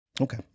Okay